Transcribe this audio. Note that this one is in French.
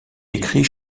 décrit